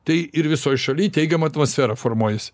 tai ir visoj šaly teigiama atmosfera formuojasi